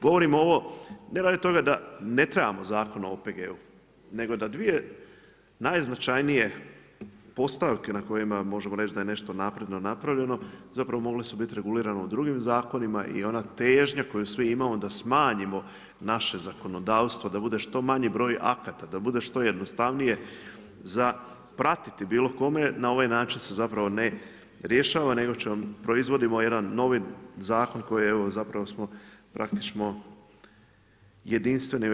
Govorim ovo ne radi toga da ne trebamo Zakon o OPG-u nego da dvije najznačajnije postavke na kojima možemo reći da je nešto napredno napravljeno mogle su biti regulirane drugim zakonima i ona težnja koju svi imamo da smanjimo naše zakonodavstvo, da bude što manji broj akata, da bude što jednostavnije za pratiti bilo kome na ovaj način se ne rješava nego proizvodimo jedan novi zakon kojim smo praktični jedinstveni u EU.